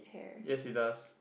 yes he does